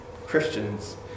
Christians